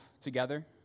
together